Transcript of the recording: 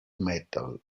metal